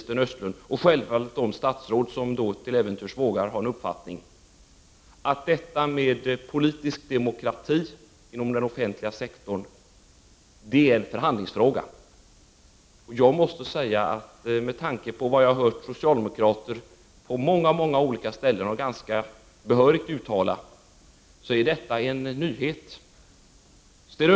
Sten Östlund och självfallet även de statsråd som till äventyrs vågar ha en egen uppfattning — att detta med politisk demokrati inom den offentliga sektorn är en förhandlingsfråga. Med tanke på vad jag har hört socialdemokrater ganska behörigt uttala på många, många olika ställen är detta en nyhet.